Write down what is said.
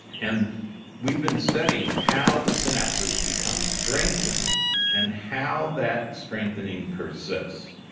and we've been studying how the synapses become strengthened and how that strengthening persists.